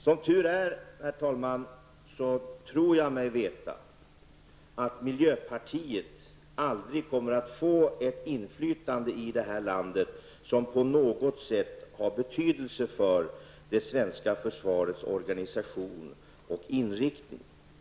Som tur är, herr talman, tror jag mig veta att miljöpartiet aldrig kommer att få ett inflytande här i landet som på något sätt har betydelse för det svenska försvarets organisation och inriktning.